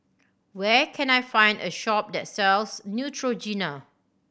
where can I find a shop that sells Neutrogena